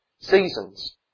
seasons